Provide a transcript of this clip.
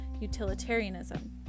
utilitarianism